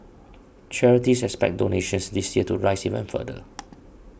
charities expect donations this year to rise even further